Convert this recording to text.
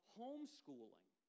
homeschooling